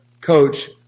coach